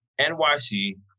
NYC